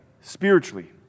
spiritually